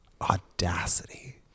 audacity